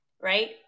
right